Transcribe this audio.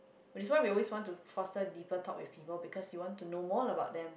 that's why we always want to foster deeper talk with people because you want to know more about them